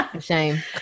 Shame